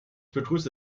begrüße